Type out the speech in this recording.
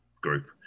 group